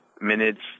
minutes